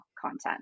content